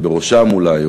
בראשן אולי,